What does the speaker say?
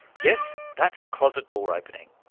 yes, that's a closet door opening.